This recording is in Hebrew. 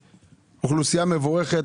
זו אוכלוסייה מבורכת,